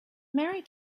mary